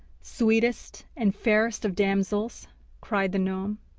sweetest and fairest of damsels cried the gnome,